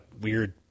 weird